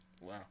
Wow